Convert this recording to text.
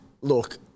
Look